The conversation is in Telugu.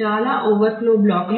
చాలా ఓవర్ఫ్లో బ్లాక్